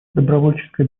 добровольческое